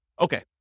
Okay